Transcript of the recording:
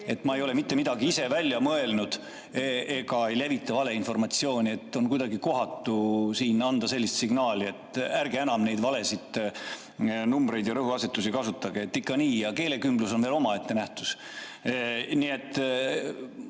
Ma ei ole mitte midagi ise välja mõelnud ega levita valeinformatsiooni. On kuidagi kohatu anda siin sellist signaali, et ärge enam neid valesid numbreid ja rõhuasetusi kasutage, ikka nii. Ja keelekümblus on veel omaette nähtus. Nii et